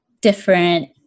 different